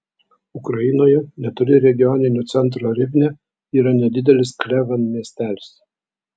ukrainoje netoli regioninio centro rivne yra nedidelis klevan miestelis